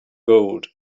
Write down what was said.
gold